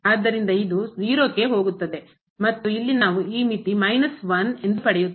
ಆದ್ದರಿಂದ ಇದು 0 ಕ್ಕೆ ಹೋಗುತ್ತದೆ ಮತ್ತು ಇಲ್ಲಿ ನಾವು ಈ ಮಿತಿ 1 ಎಂದು ಪಡೆಯುತ್ತೇವೆ